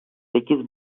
sekiz